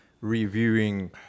reviewing